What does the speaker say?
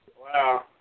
Wow